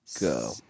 go